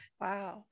Wow